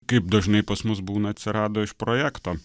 kaip dažnai pas mus būna atsirado iš projekto